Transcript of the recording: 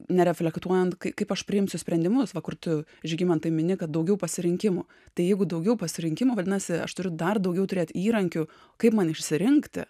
nereflektuojant kaip aš priimsiu sprendimus va kur tu žygimantai mini kad daugiau pasirinkimo tai jeigu daugiau pasirinkimo vadinasi aš turiu dar daugiau turėt įrankių kaip man išsirinkti